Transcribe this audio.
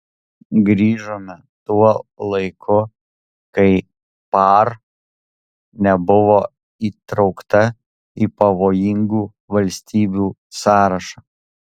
grįžome tuo laiku kai par nebuvo įtraukta į pavojingų valstybių sąrašą